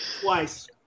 Twice